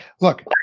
Look